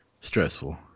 Stressful